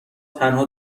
تنها